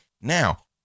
Now